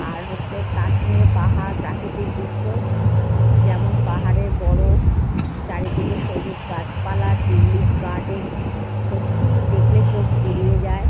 আর হচ্ছে কাশ্মীরে পাহাড় প্রাকৃতিক দৃশ্য যেমন পাহাড়ে বরফ চারিদিকে সবুজ গাছপালা টিউলিপ গার্ডেন সত্যিই দেখলে চোখ জুড়িয়ে যায়